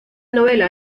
novela